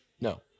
No